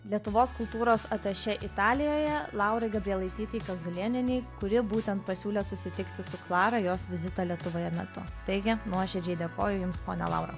lietuvos kultūros atašė italijoje laurai gabrielaitytei kazulėnienei kuri būtent pasiūlė susitikti su klara jos vizito lietuvoje metu taigi nuoširdžiai dėkoju jums ponia laura